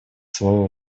слово